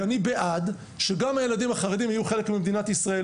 כי אני בעד שגם הילדים החרדים יהיו חלק ממדינת ישראל.